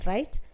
Right